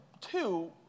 two